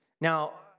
Now